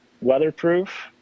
weatherproof